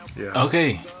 okay